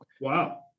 Wow